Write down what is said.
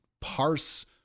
parse